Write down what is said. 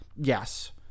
Yes